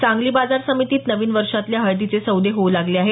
सांगली बाजार समितीत नवीन वर्षातले हळदीचे सौदे होऊ लागले आहेत